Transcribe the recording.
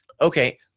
Okay